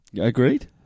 Agreed